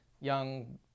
young